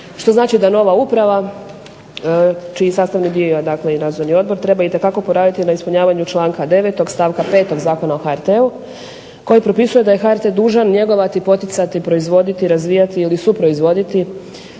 što znači da nova uprava, čiji sastavni dio i nadzorni odbor treba svakako poraditi na ispunjavanju članka 9. stavka 5. Zakona o HRT-u koji propisuje da je HRT dužan njegovati, poticati, proizvoditi, razvijati ili suproizvoditi